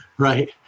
Right